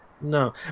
No